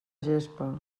gespa